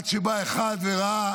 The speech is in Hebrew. עד שבא אחד וראה